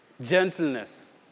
gentleness